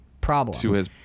problem